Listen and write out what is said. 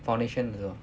foundation 的时候 ah